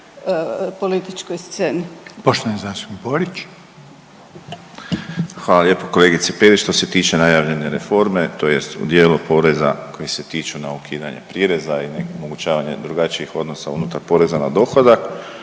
Hvala lijepo kolegice Perić.